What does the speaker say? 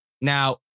Now